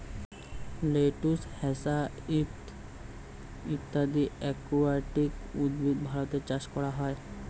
lettuce, hyacinth ইত্যাদি aquatic উদ্ভিদ ভারতে চাষ করা হয়